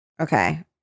okay